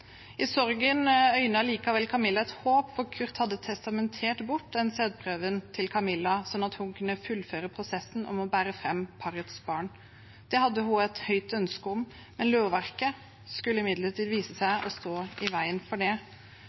I sorgen øynet likevel Camilla et håp, for Kurt hadde testamentert bort den sædprøven til Camilla, slik at hun kunne fullføre prosessen med å bære fram parets barn. Det hadde hun et høyt ønske om, men lovverket skulle imidlertid vise seg å stå i veien for det.